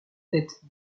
tête